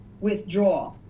withdraw